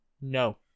No